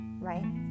right